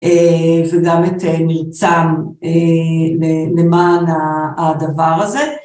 זה גם את ניצן למען הדבר הזה.